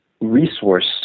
resource